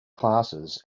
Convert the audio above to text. classes